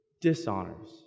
dishonors